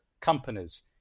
companies